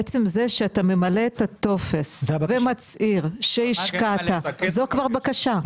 עצם זה שאתה ממלא את הטופס ומצהיר שהשקעת זו כבר בקשה.